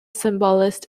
symbolist